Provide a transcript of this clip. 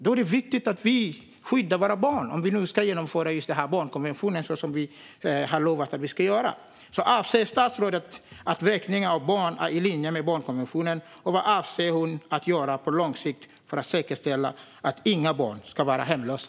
Det är viktigt att vi skyddar våra barn i linje med den barnkonvention vi har lovat att följa. Anser statsrådet att vräkning av barn är i linje med barnkonventionen, och vad avser hon att göra på långt sikt för att säkerställa att inga barn ska vara hemlösa?